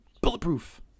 bulletproof